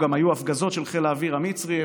גם היו הפגזות של חיל האוויר המצרי.